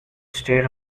state